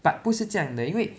but 不是这样的因为